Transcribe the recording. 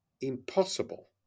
impossible